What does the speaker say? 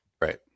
right